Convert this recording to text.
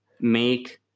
make